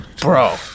bro